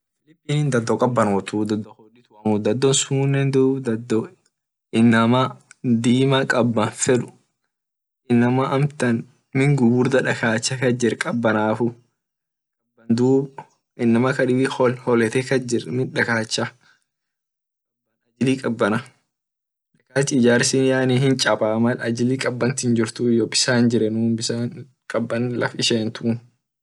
Philipine dado kabanotuu dado sunne dub dado inama dima kaban fed.